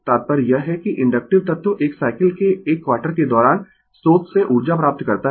तात्पर्य यह है कि इन्डक्टिव तत्व एक साइकिल के 1 क्वार्टर के दौरान स्रोत से ऊर्जा प्राप्त करता है